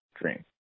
dream